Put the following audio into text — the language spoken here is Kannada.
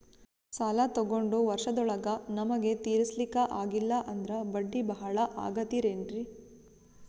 ಸಾಲ ತೊಗೊಂಡು ವರ್ಷದೋಳಗ ನಮಗೆ ತೀರಿಸ್ಲಿಕಾ ಆಗಿಲ್ಲಾ ಅಂದ್ರ ಬಡ್ಡಿ ಬಹಳಾ ಆಗತಿರೆನ್ರಿ?